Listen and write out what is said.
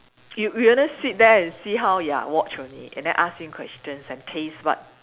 you you only sit there and see how ya watch only and then ask him questions and taste what